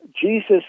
Jesus